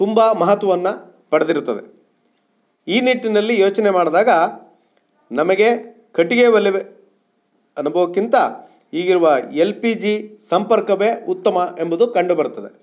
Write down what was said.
ತುಂಬ ಮಹತ್ವವನ್ನು ಪಡೆದಿರುತ್ತದೆ ಈ ನಿಟ್ಟಿನಲ್ಲಿ ಯೋಚನೆ ಮಾಡಿದಾಗ ನಮಗೆ ಕಟ್ಟಿಗೆ ಒಲೆ ಅನುಭವಕ್ಕಿಂತ ಈಗಿರುವ ಎಲ್ ಪಿ ಜಿ ಸಂಪರ್ಕವೇ ಉತ್ತಮ ಎಂಬುದು ಕಂಡು ಬರುತ್ತದೆ